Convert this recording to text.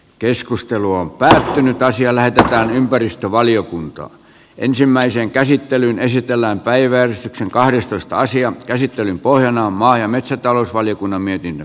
keskustelu on päättynyt tai siellä tehdään ympäristövaliokunta ensimmäisen käsittelyn esitellään päivän kahdestoista asian käsittelyn pohjana on maa ja metsätalousvaliokunnan mietintö